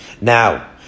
Now